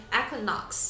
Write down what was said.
equinox